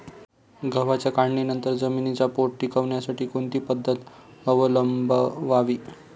गव्हाच्या काढणीनंतर जमिनीचा पोत टिकवण्यासाठी कोणती पद्धत अवलंबवावी?